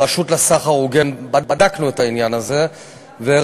ברשות לסחר הוגן בדקנו את העניין הזה וראינו